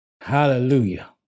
Hallelujah